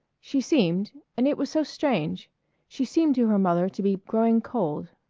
she seemed and it was so strange she seemed to her mother to be growing cold.